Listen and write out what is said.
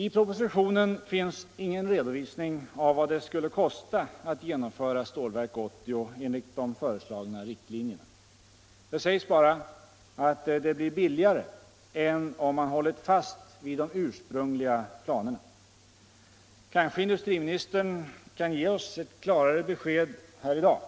I propositionen finns ingen redovisning av vad det skulle kosta att genomföra Stålverk 80 enligt de föreslagna riktlinjerna. Där sägs bara att det blir billigare än om man hållit fast vid de ursprungliga planerna. Kanske industriministern kan ge oss ett klarare besked i dag.